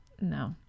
No